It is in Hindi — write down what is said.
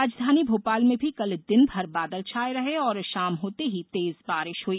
राजधानी भोपाल में भी कल दिनभर बादल छाये रहे और शाम होते ही तेज बारिश हई